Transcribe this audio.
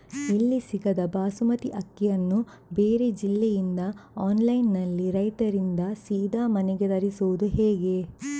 ಇಲ್ಲಿ ಸಿಗದ ಬಾಸುಮತಿ ಅಕ್ಕಿಯನ್ನು ಬೇರೆ ಜಿಲ್ಲೆ ಇಂದ ಆನ್ಲೈನ್ನಲ್ಲಿ ರೈತರಿಂದ ಸೀದಾ ಮನೆಗೆ ತರಿಸುವುದು ಹೇಗೆ?